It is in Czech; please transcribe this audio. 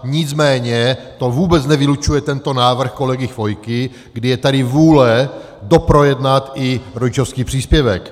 Nicméně to vůbec nevylučuje tento návrh kolegy Chvojky, kdy je tady vůle doprojednat i rodičovský příspěvek.